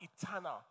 eternal